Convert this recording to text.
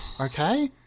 Okay